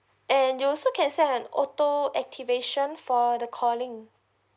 and you also can save and auto activation for the calling